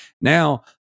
now